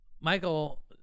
Michael